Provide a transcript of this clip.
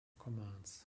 commands